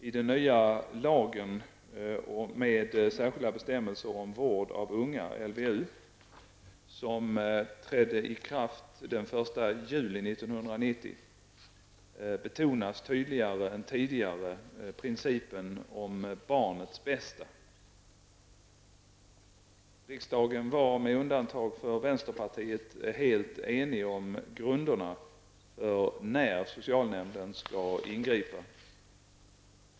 I den nya lagen med särskilda bestämmelser om vård av unga , som trädde i kraft den 1 juli 1990, betonas tydligare än tidigare principen om barnets bästa. Riksdagen var, med undantag av vänsterpartiet, helt enig om grunderna för när socialnämnden skall ingripa.